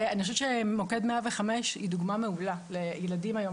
אני חושבת שמוקד 105 הוא דוגמה מעולה לכך שילדים היום,